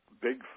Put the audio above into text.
big